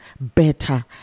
better